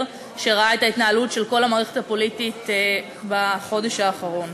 שראה את ההתנהלות של כל המערכת הפוליטית בחודש האחרון.